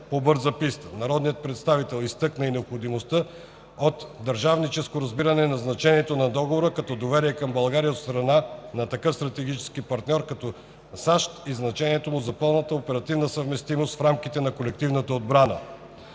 по „бързата писта“. Народният представител изтъкна и необходимостта от държавническо разбиране на значението на Договора като доверие към България от страна на такъв стратегически партньор като САЩ и значението му на пълната оперативна съвместимост в рамките на колективната отбрана.